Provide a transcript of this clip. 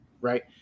right